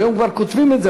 היום כבר כותבים את זה.